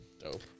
Dope